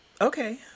Okay